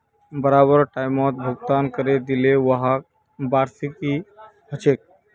बराबर टाइमत भुगतान करे दिले व्हाक वार्षिकी कहछेक